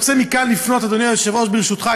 אדוני היושב-ראש, ברשותך,